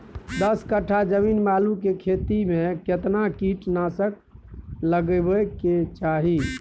दस कट्ठा जमीन में आलू के खेती म केतना कीट नासक लगबै के चाही?